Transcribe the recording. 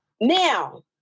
Now